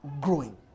growing